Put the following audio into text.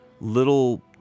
little